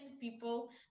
People